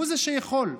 הוא שיכול,